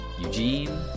Eugene